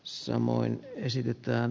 samoin esitetään